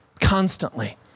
constantly